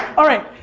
alright.